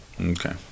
Okay